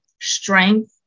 strength